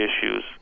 issues